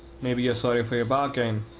maybe you're sorry for your bargain?